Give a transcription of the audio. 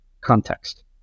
context